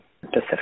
Pacific